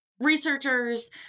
researchers